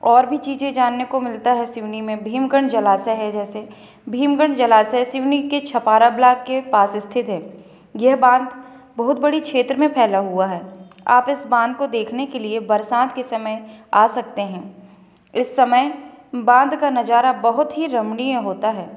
और भी चीज़ें जानने को मिलता है सिवनी में भीमगढ़ जलाशय है जैसे भीमगढ़ जलाशय सिवनी के छपारा बांध के पास स्थित है यह बांध बोहोत बड़ी क्षेत्र में फैला हुआ है आप इस बांध को देखने के लिए बरसात के समय आ सकते हैं इस समय बांध का नज़ारा बहुत ही रमणीय होता है